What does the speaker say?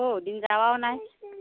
অ' দিন যোৱাও নাই